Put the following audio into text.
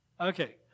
Okay